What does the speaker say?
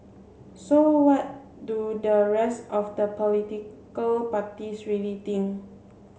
so what do the rest of the political parties really think